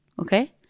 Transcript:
Okay